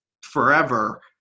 forever